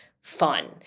fun